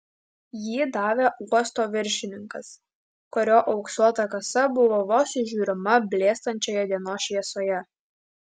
jį davė uosto viršininkas kurio auksuota kasa buvo vos įžiūrima blėstančioje dienos šviesoje